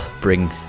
bring